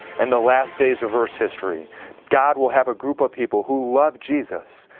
and the last days of earth's history god will have a group of people who love jesus.